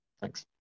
Thanks